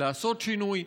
לעשות שינוי.